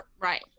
Right